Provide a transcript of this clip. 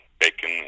bacon